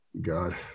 God